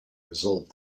resolve